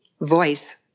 voice